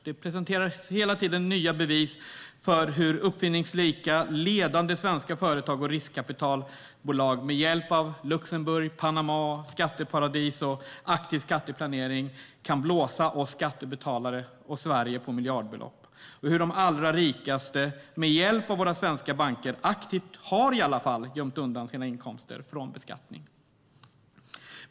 Det presenteras hela tiden nya bevis på hur uppfinningsrika ledande svenska företag och riskkapitalbolag med hjälp av Luxemburg, Panama, skatteparadis och aktiv skatteplanering kan blåsa oss skattebetalare och Sverige på miljardbelopp och hur de allra rikaste med hjälp av våra svenska banker aktivt har gömt undan sina inkomster från beskattning.